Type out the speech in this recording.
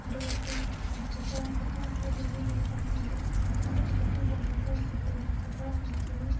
ڈریسیں اور کپڑا کپڑا ہر جگہ ملتا ہے جو مارکٹیں بہت ہیں کپڑے کی کپڑا ہر جگہ